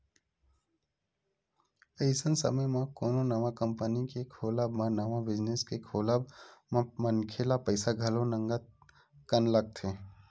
अइसन समे म कोनो नवा कंपनी के खोलब म नवा बिजनेस के खोलब म मनखे ल पइसा घलो नंगत कन लगथे